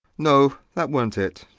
no, that wa'n't it.